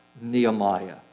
Nehemiah